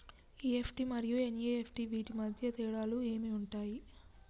EFT మరియు NEFT వీటి మధ్య తేడాలు ఏమి ఉంటాయి?